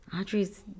Audrey's